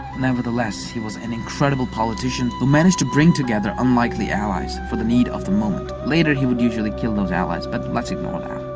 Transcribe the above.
nevertheless, he was an incredible politician who managed to bring together unlikely allies for the need of the moment. later, he would usually kill those allies but let's ignore.